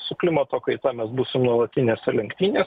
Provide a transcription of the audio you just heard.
su klimato kaita mes būsim nuolatinėse lenktynėse